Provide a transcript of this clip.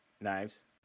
Knives